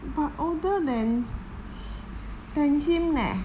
but older than h~ than him leh